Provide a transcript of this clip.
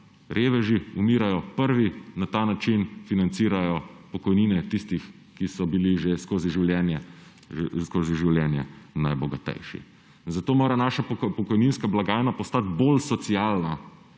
Reveži umirajo prvi, na ta način financirajo pokojnine tistih, ki so bili že skozi življenje najbogatejši. Zato mora naša pokojninska blagajna postati bolj socialna,